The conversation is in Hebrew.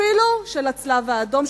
אפילו של הצלב-האדום,